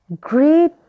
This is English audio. great